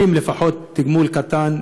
לפחות תגמול קטן,